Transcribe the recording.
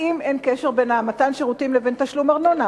האם אין קשר בין מתן השירותים לבין תשלום ארנונה?